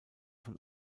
von